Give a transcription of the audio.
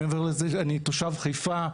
מעבר לזה, אני תושב חיפה,